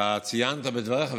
אתה ציינת בדבריך,